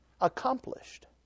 accomplished